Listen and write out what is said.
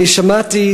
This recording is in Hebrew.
שמעתי